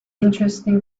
interesting